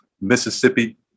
mississippi